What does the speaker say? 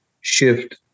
shift